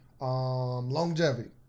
Longevity